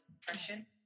depression